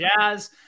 Jazz